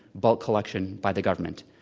bulk collection by the government.